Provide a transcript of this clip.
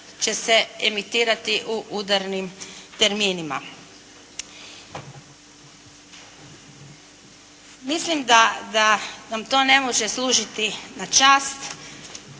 će se emitirati u udarnim terminima. Mislim da nam to ne može služiti na čast